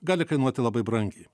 gali kainuoti labai brangiai